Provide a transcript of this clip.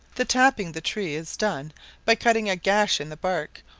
the tapping the tree is done by cutting a gash in the bark,